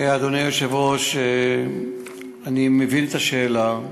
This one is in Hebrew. אדוני היושב-ראש, אני מבין את השאלה,